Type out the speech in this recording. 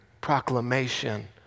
proclamation